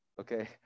okay